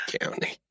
County